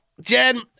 Jen